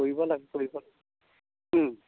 কৰিব লাগে কৰিব লাগে ওম